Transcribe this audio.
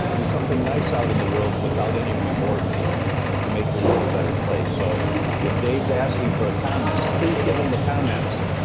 do something nice out in the world without any reward for it to make the world a better place. so if dave's asking for ah comments, please give him the comments,